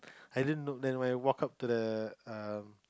I didn't look then when I walk up to the um